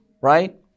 right